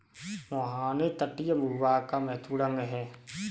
मुहाने तटीय भूभाग का महत्वपूर्ण अंग है